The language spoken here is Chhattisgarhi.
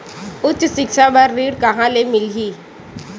उच्च सिक्छा बर ऋण कहां ले मिलही?